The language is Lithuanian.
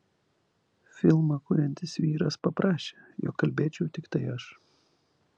filmą kuriantis vyras paprašė jog kalbėčiau tiktai aš